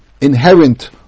inherent